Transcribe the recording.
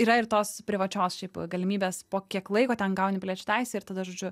yra ir tos privačios šiaip galimybės po kiek laiko ten gauni piliečio teisę ir tada žodžiu